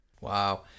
Wow